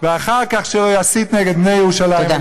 ואחר כך שלא יסית נגד בני ירושלים,